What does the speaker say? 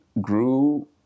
grew